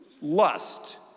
lust